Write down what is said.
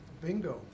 Bingo